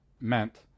meant